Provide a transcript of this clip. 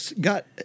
got